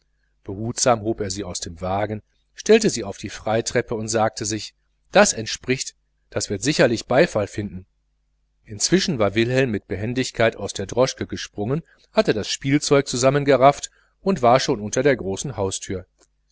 behutsam hob er sie aus dem wagen stellte sie auf die freitreppe und sagte sich das entspricht wird sicherlich beifall finden inzwischen war wilhelm mit behendigkeit aus der droschke gesprungen hatte das spielzeug zusammen gerafft und war schon unter der großen haustüre